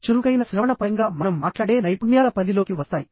చురుకైన శ్రవణ పరంగా మనం మాట్లాడే నైపుణ్యాల పరిధిలోకి వస్తాయి